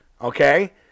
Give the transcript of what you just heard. okay